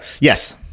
yes